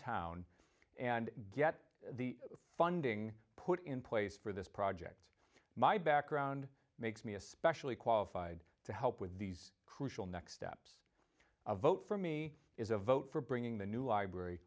town and get the funding put in place for this project my background makes me especially qualified to help with these crucial next steps a vote for me is a vote for bringing the new library